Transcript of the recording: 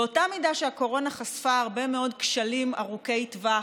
באותה מידה שהקורונה חשפה הרבה מאד כשלים ארוכי טווח,